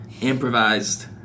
improvised